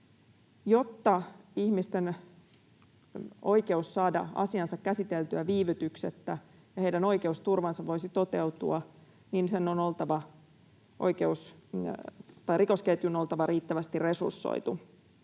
Jotta ihmisten oikeus saada asiansa käsiteltyä viivytyksettä ja heidän oikeusturvansa voisi toteutua, niin rikosketjun on oltava riittävästi resursoitu.